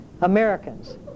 Americans